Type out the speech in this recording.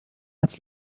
herz